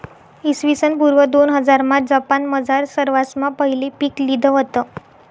इसवीसन पूर्व दोनहजारमा जपानमझार सरवासमा पहिले पीक लिधं व्हतं